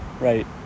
right